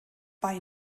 bei